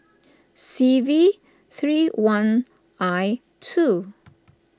C V three one I two